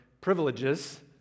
privileges